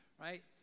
right